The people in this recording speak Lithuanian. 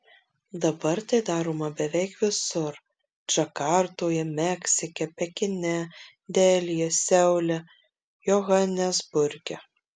dabar tai daroma beveik visur džakartoje meksike pekine delyje seule johanesburge